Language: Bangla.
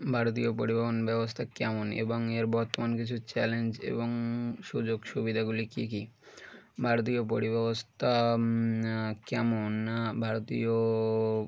ভারতীয় পরিবহন ব্যবস্থা কেমন এবং এর বর্তমান কিছু চ্যালেঞ্জ এবং সুযোগ সুবিধাগুলি কী কী ভারতীয় পরিবহ্ন ব্যবস্থা কেমন না ভারতীয়